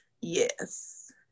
yes